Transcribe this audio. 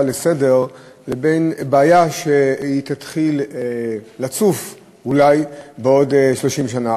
לסדר-היום לבין הבעיה שתתחיל לצוף אולי בעוד 30 שנה,